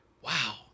Wow